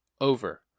over